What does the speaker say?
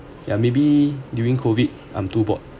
ya maybe during COVID I'm too bored